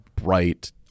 bright